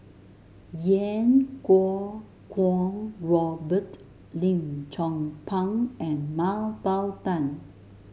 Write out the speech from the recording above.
Iau Kuo Kwong Robert Lim Chong Pang and Mah Bow Tan